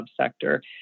subsector